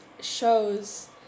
shows